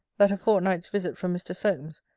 that a fortnight's visit from mr. solmes,